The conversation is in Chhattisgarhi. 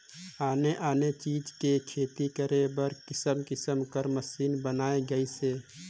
आने आने चीज के खेती करे बर किसम किसम कर मसीन बयन गइसे